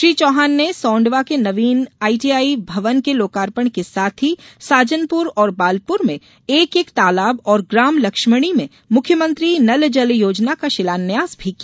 श्री चौहान ने सोंडवा के नवीन आईटीआई भवन के लोकार्पण के साथ ही साजनपुर और बालपुर में एक एक तालाब और ग्राम लक्ष्मणी में मुख्यमंत्री नलजल योजना का शिलान्यास भी किया